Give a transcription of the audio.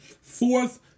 Fourth